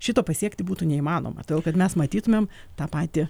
šito pasiekti būtų neįmanoma todėl kad mes matytumėm tą patį